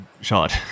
shot